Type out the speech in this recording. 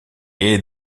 est